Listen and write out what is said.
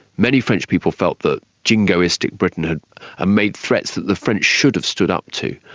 many french people felt that jingoistic britain had ah made threats that the french should have stood up to.